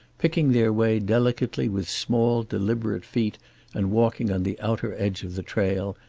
picking their way delicately with small deliberate feet and walking on the outer edge of the trail,